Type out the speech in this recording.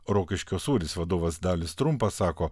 rokiškio sūris vadovas dalius trumpa sako